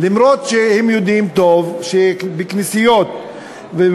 גם אם הם יודעים טוב שבכנסיות ובבתי-כנסת